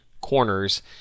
corners